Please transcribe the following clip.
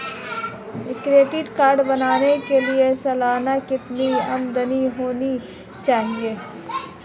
Credit card बनाने के लिए सालाना कितनी आमदनी होनी चाहिए?